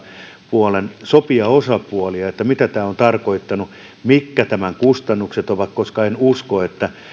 puolen sopijaosapuolia että mitä tämä on tarkoittanut mitkä tämän kustannukset ovat koska en usko etteikö